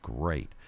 great